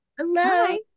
Hello